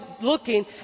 looking